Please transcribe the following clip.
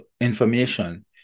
information